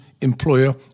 employer